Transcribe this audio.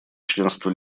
членство